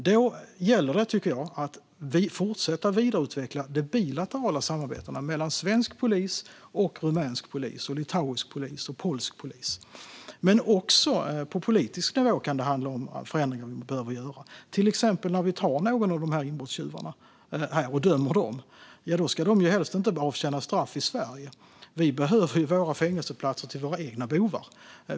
Då gäller det, tycker jag, att vi fortsätter att vidareutveckla de bilaterala samarbetena mellan svensk polis och rumänsk, litauisk och polsk polis. Det kan också handla om att förändringar behöver göras på politisk nivå, till exempel när några av de här inbrottstjuvarna grips och vi dömer dem. De ska då helst inte avtjäna straff i Sverige. Vi behöver ju våra fängelseplatser till våra egna bovar.